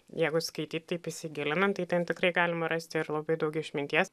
jeigu skaityt taip įsigilinant tai ten tikrai galima rasti ir labai daug išminties